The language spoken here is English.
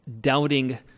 doubting